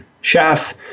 chef